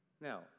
Now